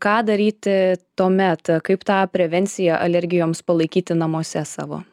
ką daryti tuomet kaip tą prevenciją alergijoms palaikyti namuose savo